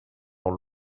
dans